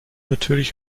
natürlich